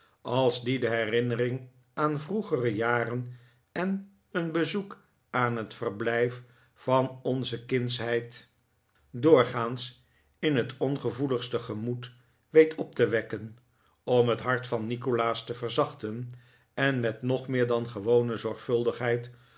als die de herinnering aan vroegere jaren en een bezoek aan het verblijf van onze kindsheid doorgaans in het ongevoeligste gemoed weet op te wekken om het hart van nikolaas te verzachten en met nog meer dan gewone zorgvuldigheid